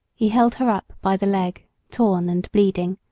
he held her up by the leg torn and bleeding,